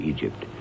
Egypt